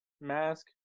mask